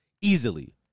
easily